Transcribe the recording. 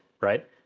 right